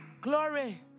Glory